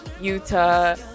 Utah